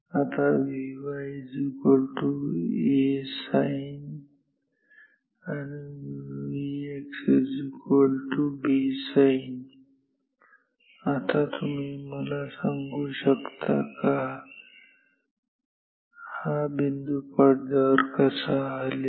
आता Vy A sin Vx B sin आता तुम्ही मला सांगू शकता का हा बिंदू या पडद्यावर कसा हलेल